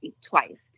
twice